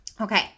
Okay